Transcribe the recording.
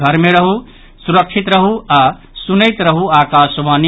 घर मे रहू सुरक्षित रहू आ सुनैत रहू आकाशवाणी